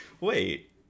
wait